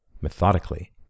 methodically